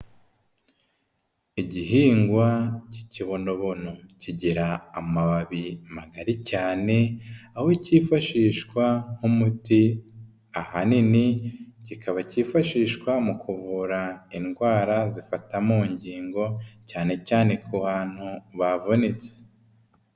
Igihingwa cy'ikibonobono kigira amababi magari cyane aho cyifashishwa nk'umuti ahanini kikaba cyifashishwa mu kuvura indwara zifata mu ngingo cyane cyane ku bantu bavunitse.